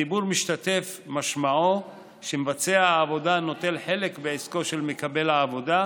הדיבור 'משתתף' משמעו שמבצע העבודה נוטל חלק בעסקו של מקבל העבודה,